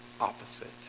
opposite